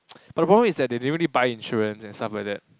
but the problem is that they didn't really buy insurance and stuff like that